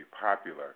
popular